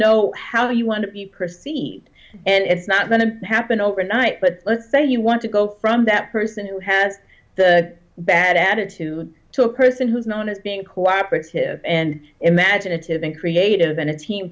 know how you want to be perceived and it's not going to happen overnight but let's say you want to go from that person who has the bad attitude to a person who's known as being co operative and imaginative and creative and it's team